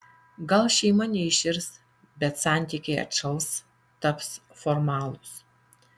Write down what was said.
gal šeima neiširs bet santykiai atšals taps formalūs